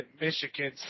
Michigan